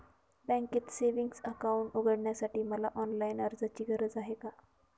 बँकेत savings account उघडण्यासाठी मला ऑनलाईन अर्जाची गरज आहे का?